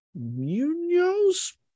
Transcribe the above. Munoz